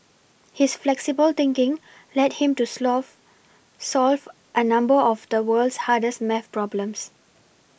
his flexible thinking led him to solve a number of the world's hardest math problems